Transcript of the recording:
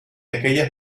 aquellas